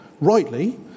rightly